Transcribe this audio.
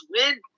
win